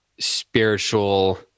spiritual